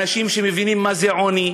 אנשים שמבינים מה זה עוני,